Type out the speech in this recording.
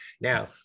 Now